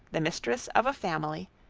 the mistress of a family,